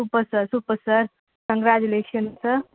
super sir super sir congratulation sir